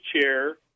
Chair